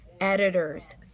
editors